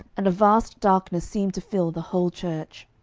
and a vast darkness seemed to fill the whole church.